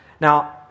now